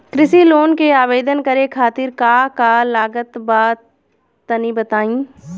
कृषि लोन के आवेदन करे खातिर का का लागत बा तनि बताई?